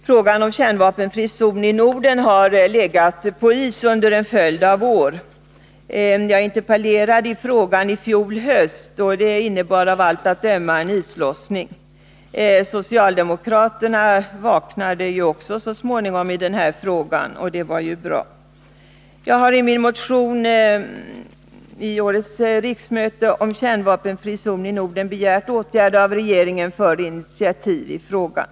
Frågan om en kärnvapenfri zon i Norden har legat på is under en följd av år. Jag interpellerade i frågan i fjol höst, och det innebar av allt att döma en islossning. Socialdemokraterna vaknade också så småningom i den här frågan, och det var bra. Jag har i min motion till innevarande riksmöte om en kärnvapenfri zon i Norden begärt åtgärder av regeringen för initiativ i frågan.